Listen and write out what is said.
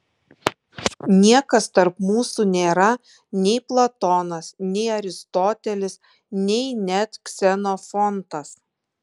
niekas tarp mūsų nėra nei platonas nei aristotelis nei net ksenofontas